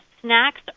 snacks